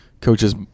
coaches